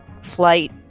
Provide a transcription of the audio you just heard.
flight